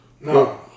No